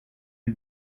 les